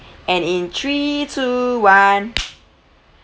and in three two one